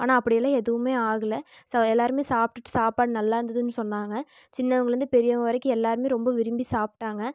ஆனால் அப்படியெலாம் எதுவுமே ஆகலை எல்லோருமே சாப்ட்டுவிட்டு சாப்பாடு நல்லாயிருந்ததுன்னு சொன்னாங்கள் சின்னவங்களுந்து பெரியவங்கள் வரைக்கும் எல்லோருமே ரொம்ப விரும்பி சாப்பிட்டாங்க